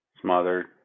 Smothered